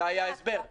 זה היה ההסבר.